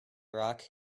rock